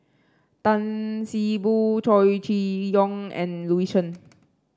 Tan See Boo Chow Chee Yong and Louis Chen